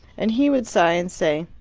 and he would sigh and say,